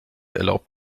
erlaubt